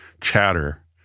chatter